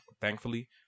thankfully